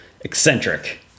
eccentric